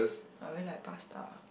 I really like pasta